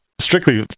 strictly